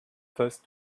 first